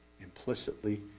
implicitly